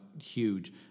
huge